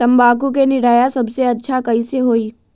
तम्बाकू के निरैया सबसे अच्छा कई से होई?